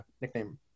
nickname